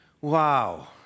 Wow